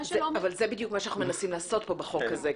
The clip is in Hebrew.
אבל זה בדיוק מה שאנחנו מנסים לעשות פה בחוק הזה,